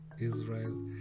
Israel